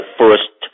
first